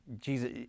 Jesus